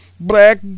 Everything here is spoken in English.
Black